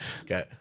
Okay